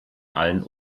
allem